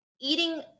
eating